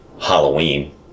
halloween